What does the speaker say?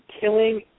killing